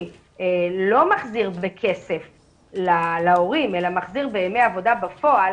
לא מחזיר בכסף להורים אלא מחזיר בימי עבודה בפועל